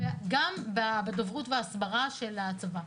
וגם בדוברות והסברה של הצבא.